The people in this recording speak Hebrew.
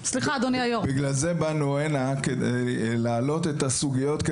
בגלל זה באנו הנה כדי להעלות את הסוגיות.